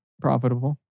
profitable